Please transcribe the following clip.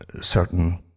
certain